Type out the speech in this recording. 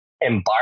embark